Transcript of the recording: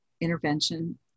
intervention